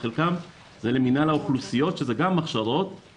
חלקו זה למנהל האוכלוסיות שזה גם הכשרות.